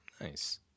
Nice